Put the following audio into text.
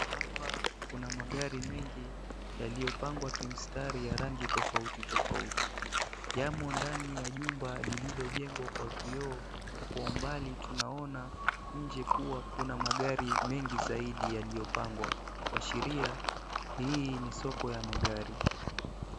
Hapa kuna Magari mengi yaliyopangwa kimstari, yana rangi tofauti tofauti, yamo ndani ya chumba lililojengwa kwa vioo. Kwa umbali tunaona nje kuwa kuna magari mengi zaidi ya yaliyopangwa kuashiria hii ni soko ya magari.